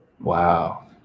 Wow